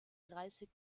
dreißig